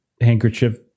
handkerchief